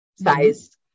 size